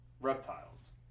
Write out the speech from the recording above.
reptiles